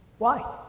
why?